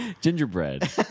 gingerbread